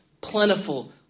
Plentiful